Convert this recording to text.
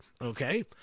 okay